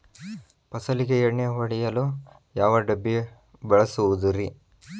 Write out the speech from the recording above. ಫಸಲಿಗೆ ಎಣ್ಣೆ ಹೊಡೆಯಲು ಯಾವ ಡಬ್ಬಿ ಬಳಸುವುದರಿ?